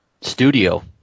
Studio